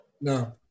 No